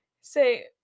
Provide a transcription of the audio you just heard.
Say